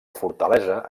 fortalesa